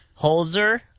Holzer